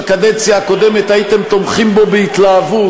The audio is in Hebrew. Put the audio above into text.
בקדנציה הקודמת הייתם תומכים בו בהתלהבות,